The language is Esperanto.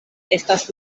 estas